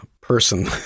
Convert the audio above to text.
person